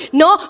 no